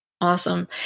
Awesome